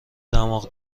دماغ